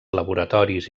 laboratoris